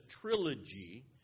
trilogy